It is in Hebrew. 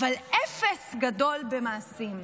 אבל אפס גדול במעשים.